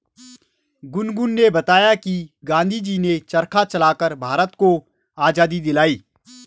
गुनगुन ने बताया कि गांधी जी ने चरखा चलाकर भारत को आजादी दिलाई